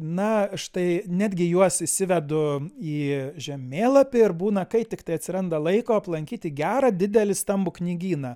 na štai netgi juos įsivedu į žemėlapį ir būna kai tiktai atsiranda laiko aplankyti gerą didelį stambų knygyną